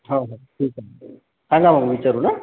हो हो ठीक आहे सांगा मग विचारून हा